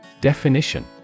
Definition